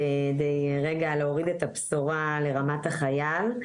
כדי להוריד את הבשורה לרמת החייל.